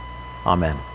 Amen